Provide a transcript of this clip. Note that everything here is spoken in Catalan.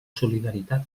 solidaritat